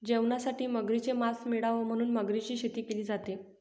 जेवणासाठी मगरीच मास मिळाव म्हणून मगरीची शेती केली जाते